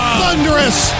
thunderous